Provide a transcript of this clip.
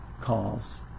calls